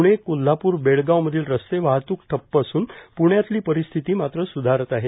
पूणे कोल्हापूर बेडगाव मधील रस्ते वाहतूक ठप्प असून प्ण्यातली परिस्थिती मात्र स्धारत आहे